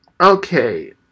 Okay